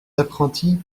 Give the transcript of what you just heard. apprentis